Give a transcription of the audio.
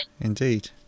Indeed